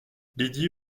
lydie